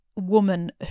woman